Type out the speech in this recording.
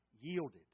yielded